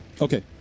Okay